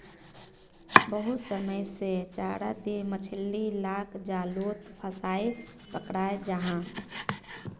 बहुत समय से चारा दें मछली लाक जालोत फसायें पक्राल जाहा